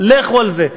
לכו על זה,